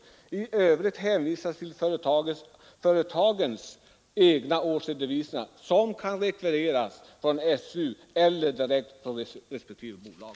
I övrigt hänvisas till företagens egna årsredovisningar, som kan rekvireras från SU eller direkt från respektive bolag.”